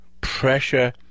pressure